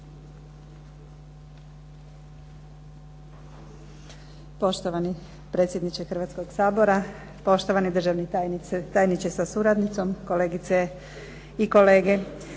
Poštovani predsjedniče Hrvatskog sabora, poštovani državni tajniče sa suradnicom, kolegice i kolege.